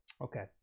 Okay